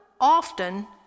often